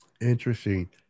Interesting